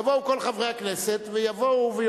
יבואו כל חברי הכנסת ויאמרו,